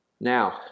Now